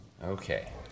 Okay